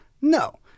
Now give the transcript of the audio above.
No